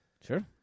Sure